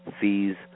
fees